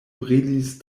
brilis